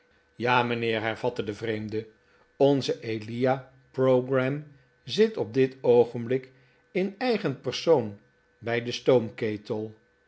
ja mijnheer hervatte de vreemde onze elia pogram zit op dit oogenblik in eigen persoon bij den